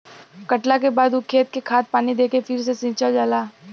कटला के बाद ऊ खेत के खाद पानी दे के फ़िर से सिंचल जाला